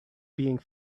being